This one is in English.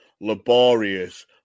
laborious